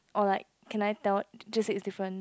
or like can I tell just say different